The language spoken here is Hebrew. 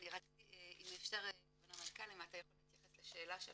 רציתי אם אפשר כבוד המנכ"ל, שתתייחס לשאלה של